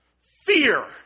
Fear